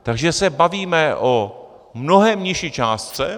Takže se bavíme o mnohem nižší částce.